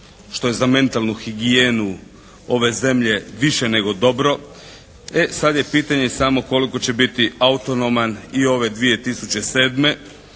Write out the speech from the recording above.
što je za mentalnu higijenu ove zemlje više nego dobro. E sad je pitanje samo koliko će biti autonoman i ove 2007.